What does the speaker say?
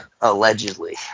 Allegedly